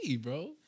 bro